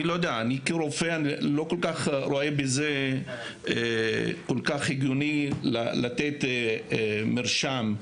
אני, כרופא, לא רואה בזה היגיון לתת מרשם,